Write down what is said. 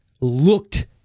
looked